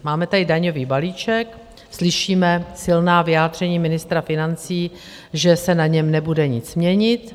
Máme tady daňový balíček, slyšíme silná vyjádření ministra financí, že se na něm nebude nic měnit.